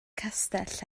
castell